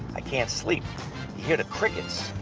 i can't sleep. you hear the crickets.